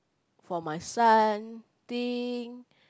for my son thing